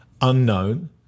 unknown